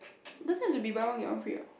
doesn't have to be buy one get one free what